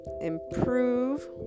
improve